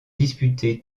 disputé